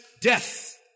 death